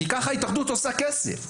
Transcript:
כי ככה ההתאחדות עושה כסף.